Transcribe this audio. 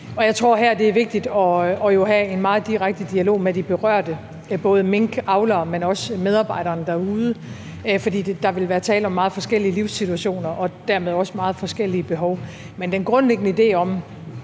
Jeg tror, at det her er vigtigt at have en meget direkte dialog med de berørte, både minkavlerne, men også medarbejderne derude, for der vil være tale om meget forskellige livssituationer og dermed også meget forskellige behov. Men idéen om